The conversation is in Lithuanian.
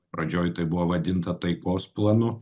pradžioj tai buvo vadinta taikos planu